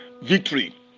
victory